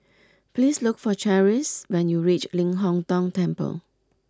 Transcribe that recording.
please look for Charisse when you reach Ling Hong Tong Temple